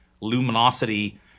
luminosity